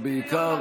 בעיקר,